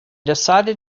decided